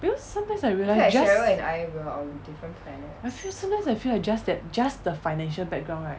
because sometimes I realise just I feel sometimes I feel like just that just the financial background right